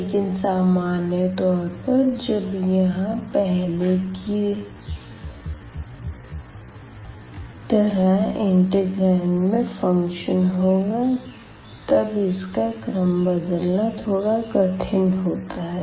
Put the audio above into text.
लेकिन सामान्य तौर पर जब यहां पहले की तरह इंटिग्रांड में फ़ंक्शन होगा तब इसका क्रम बदलना थोड़ा कठिन होता है